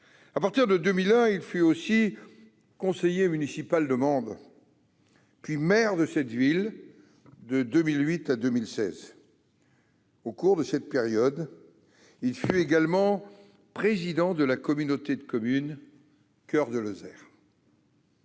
À partir de 2001, il fut aussi conseiller municipal de Mende, puis maire de cette ville de 2008 à 2016. Au cours de cette période, il fut également président de la communauté de communes Coeur de Lozère.